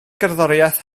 gerddoriaeth